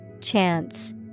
Chance